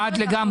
בעד לגמרי.